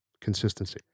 consistency